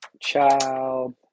child